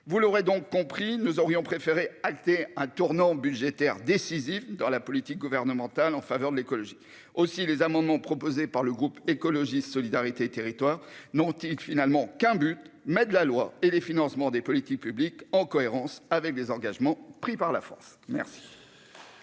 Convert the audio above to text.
mes chers collègues, nous aurions préféré acter un tournant budgétaire décisif dans la politique gouvernementale en faveur de l'écologie. Aussi les amendements proposés par le groupe Écologiste - Solidarité et Territoires n'ont-ils finalement qu'un but : mettre la loi et les financements des politiques publiques en cohérence avec les engagements pris par la France. La